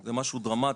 זה משהו דרמטי.